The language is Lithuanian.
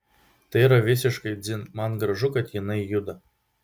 tai yra visiškai dzin man gražu kad jinai juda